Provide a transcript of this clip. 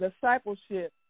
Discipleship